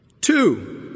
Two